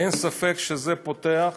אין ספק שזה פותח